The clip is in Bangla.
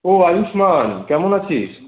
ও আয়ুষ্মান কেমন আছিস